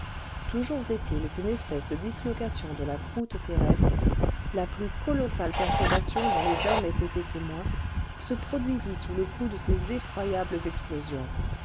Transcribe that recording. toujours est-il qu'une espèce de dislocation de la croûte terrestre la plus colossale perturbation dont les hommes aient été témoins se produisit sous le coup de ces effroyables explosions